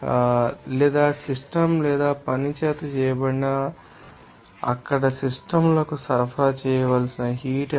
మీకు తెలుసా లేదా సిస్టమ్ లేదా పని చేత చేయబడిన పని మీకు తెలుసా అక్కడి సిస్టమ్ లకు సరఫరా చేయవలసిన హీట్ ఎనర్జీ